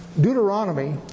Deuteronomy